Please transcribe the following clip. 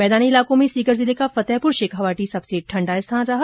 मैदानी इलाकों में सीकर जिले का फतेहपुर शेखावाटी सबसे ठण्डा स्थान रहा